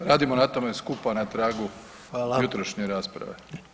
Radimo na tome skupa na tragu jutrošnje rasprave.